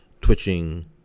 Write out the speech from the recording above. twitching